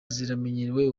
zimenyerewe